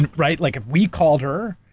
and right? like if we called her,